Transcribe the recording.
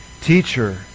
Teacher